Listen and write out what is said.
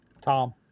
Tom